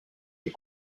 des